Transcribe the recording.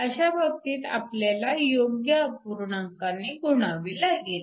अशा बाबतीत आपल्याला योग्य अपूर्णांकाने गुणावे लागेल